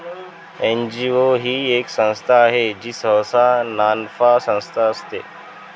NGO ही एक संस्था आहे जी सहसा नानफा संस्था असते